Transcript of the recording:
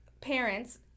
parents